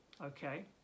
okay